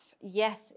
yes